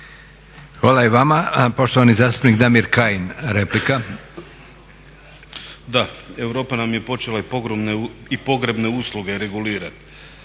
Hvala i vama. Poštovani zastupnik Damir Kajin, replika. **Kajin, Damir (ID - DI)** Da, Europa nam je počela i pogrebne usluge regulirati,